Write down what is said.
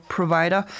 Provider